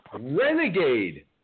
renegade